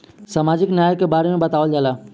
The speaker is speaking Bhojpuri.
सामाजिक न्याय के बारे में बतावल जाव?